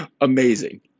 Amazing